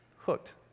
hooked